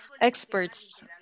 experts